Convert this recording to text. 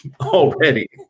already